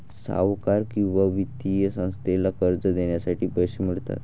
सावकार किंवा वित्तीय संस्थेला कर्ज देण्यासाठी पैसे मिळतात